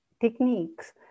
techniques